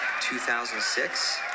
2006